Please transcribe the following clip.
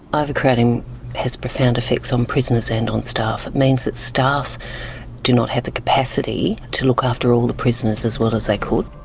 ah overcrowding has profound effects on prisoners and on staff. it means that staff do not have the capacity to look after all the prisoners as well as they could.